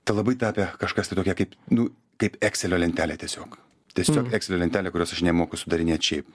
tai labai tapę kažkas tai tokia kaip nu kaip ekselio lentelė tiesiog tiesiog ekselio lentelė kurios aš nemoku sudarinėt šiaip